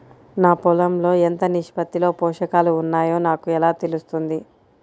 నా పొలం లో ఎంత నిష్పత్తిలో పోషకాలు వున్నాయో నాకు ఎలా తెలుస్తుంది?